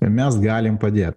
mes galim padėt